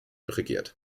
regiert